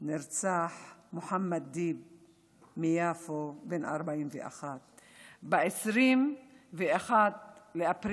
נרצח מוחמד דיב מיפו, בן 41. ב-21 באפריל